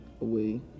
away